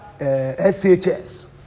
SHS